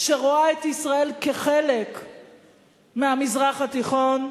שרואה את ישראל כחלק מהמזרח התיכון,